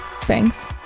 Thanks